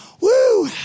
Woo